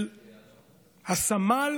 של הסמל